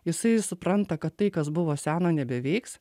jisai supranta kad tai kas buvo sena nebeveiks